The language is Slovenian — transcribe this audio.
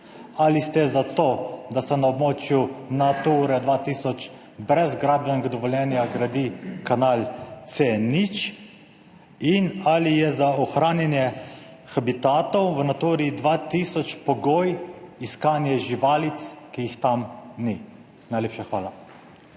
Ali ste za to, da se na območju Nature 2000 brez gradbenega dovoljenja gradi kanal C0? In ali je za ohranjanje habitatov v Naturi 2000 pogoj iskanje živalic, ki jih tam ni? Najlepša hvala.